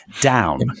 down